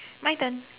my turn